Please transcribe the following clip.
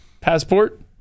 passport